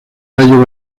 rayo